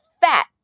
fat